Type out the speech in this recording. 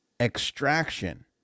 Extraction